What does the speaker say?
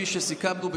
וכפי שסיכמנו,